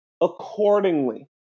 accordingly